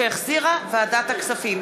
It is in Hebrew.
שהחזירה ועדת הכספים.